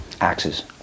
Axes